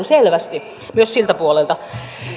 selvästi myös siltä puolelta